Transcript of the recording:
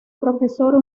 profesora